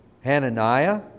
Hananiah